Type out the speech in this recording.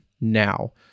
now